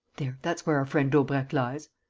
there, that's where our friend daubrecq lies.